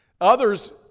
Others